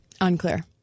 Unclear